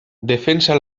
defensa